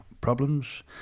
problems